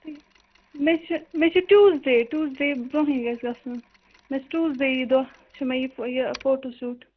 مےٚ چھُ مےٚ چھُ ٹیٛوٗسڈے ٹیوٗسڈے برٛونٛہٕے گَژھِ گژھُن مےٚ چھُ ٹیوٗسڈے یی دۄہ چھُ مےٚ یہِ فوٹوٗ شوٗٹ